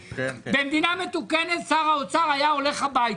במדינה מתוקנת, שר האוצר היה הולך הביתה.